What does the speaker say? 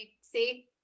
see